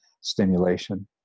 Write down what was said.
stimulation